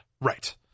Right